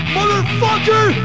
Motherfucker